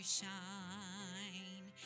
shine